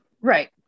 right